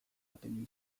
baten